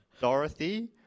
Dorothy